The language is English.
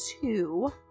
two